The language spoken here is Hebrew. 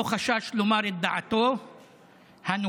לא חשש לומר את דעתו הנוקבת,